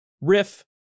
riff